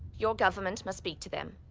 your government must speak to them.